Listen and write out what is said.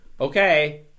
Okay